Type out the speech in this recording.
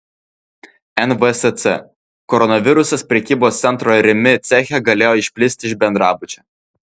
nvsc koronavirusas prekybos centro rimi ceche galėjo išplisti iš bendrabučio